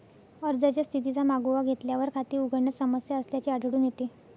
अर्जाच्या स्थितीचा मागोवा घेतल्यावर, खाते उघडण्यात समस्या असल्याचे आढळून येते